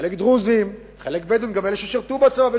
חלק דרוזים, חלק בדואים, גם אלו ששירתו בצבא,